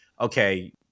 okay